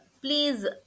please